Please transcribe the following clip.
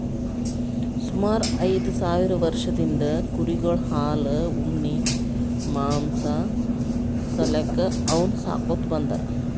ಸುಮಾರ್ ಐದ್ ಸಾವಿರ್ ವರ್ಷದಿಂದ್ ಕುರಿಗೊಳ್ ಹಾಲ್ ಉಣ್ಣಿ ಮಾಂಸಾ ಸಾಲ್ಯಾಕ್ ಅವನ್ನ್ ಸಾಕೋತ್ ಬಂದಾರ್